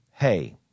hey